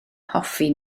hoffi